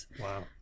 Wow